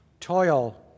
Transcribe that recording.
toil